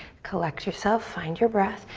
collect yourself, find your breath.